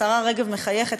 השרה רגב מחייכת,